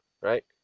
right